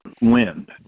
wind